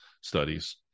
studies